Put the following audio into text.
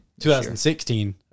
2016